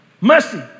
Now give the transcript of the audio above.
mercy